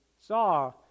saw